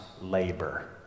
labor